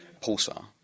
pulsar